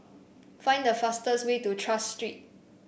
find the fastest way to Tras Street